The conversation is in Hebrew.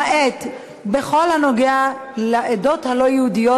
למעט בכל הנוגע לעדות הלא-יהודיות,